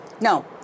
No